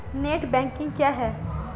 Net banking क्या है?